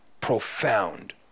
profound